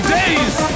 days